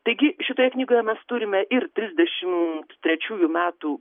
taigi šitoje knygoje mes turime ir trisdešim trečiųjų metų